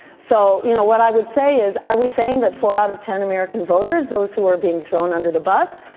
so you know what i would say is, are we saying that four out of ten american voters n those who are being thrown under the bus?